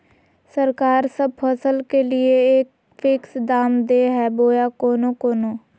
सरकार सब फसल के लिए एक फिक्स दाम दे है बोया कोनो कोनो?